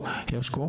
הברית.